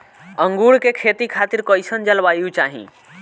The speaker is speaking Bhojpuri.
अंगूर के खेती खातिर कइसन जलवायु चाही?